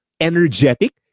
energetic